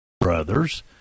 Brothers